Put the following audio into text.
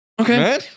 Okay